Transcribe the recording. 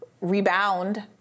rebound